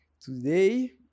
today